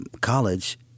college